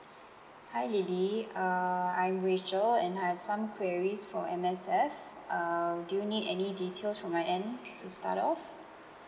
hi lily uh I'm rachel and I have some queries for M_S_F uh do you need any details from my end to start off